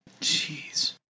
Jeez